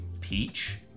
peach